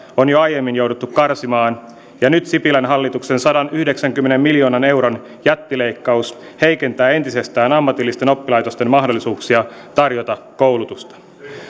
on jo aiemmin jouduttu karsimaan ja nyt sipilän hallituksen sadanyhdeksänkymmenen miljoonan euron jättileikkaus heikentää entisestään ammatillisten oppilaitosten mahdollisuuksia tarjota koulutusta